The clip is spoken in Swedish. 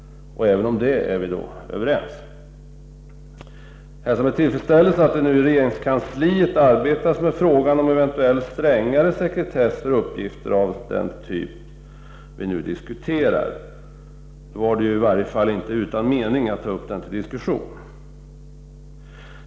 Vi är således överens även om detta. Jag hälsar med tillfredsställelse att det nu i regeringskansliet arbetas med frågan om en eventuell strängare sekretess för uppgifter av den typ vi nu diskuterar. Då var det ju i varje fall inte utan mening att ta upp frågan till diskussion.